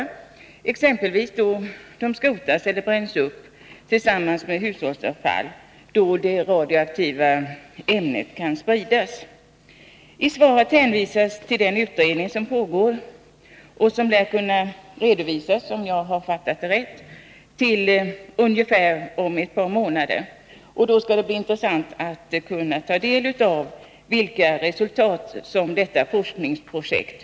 Så t.ex. kan det radioaktiva ämnet spridas då de skrotas eller bränns upp med hushållsavfall. I svaret hänvisas till den utredning som pågår och som lär kunna redovisas, om jag har fattat det rätt, om ungefär ett par månader. Då skall det bli intressant att ta del av de resultat som utredningen har kommit fram till i detta forskningsprojekt.